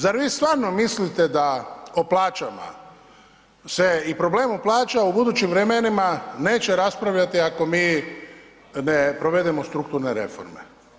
Zar vi stvarno mislite da o plaćama se i problemu plaća u budućim vremenima neće raspravljati ako mi ne provedemo strukturne reforme?